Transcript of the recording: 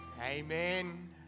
amen